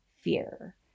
fear